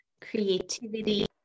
creativity